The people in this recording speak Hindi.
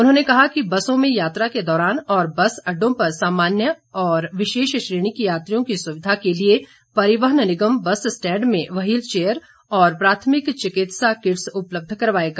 उन्होंने कहा कि बसों में यात्रा के दौरान और बस अड्डों पर सामान्य तथा विशेष श्रेणी के यात्रियों की सुविधा के लिए परिवहन निगम बस स्टैंड में व्हील चेयर और प्राथमिक चिकित्सा किट्स उपलब्ध करवाएगा